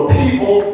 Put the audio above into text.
people